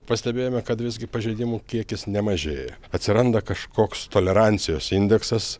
pastebėjome kad visgi pažeidimų kiekis nemažėja atsiranda kažkoks tolerancijos indeksas